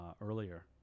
earlier